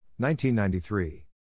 1993